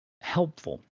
helpful